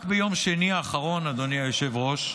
רק ביום שני האחרון, אדוני היושב-ראש,